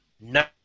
no